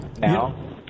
now